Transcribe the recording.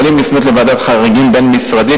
יכולים לפנות לוועדת חריגים בין-משרדית